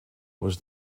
was